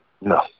No